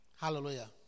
Hallelujah